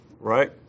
right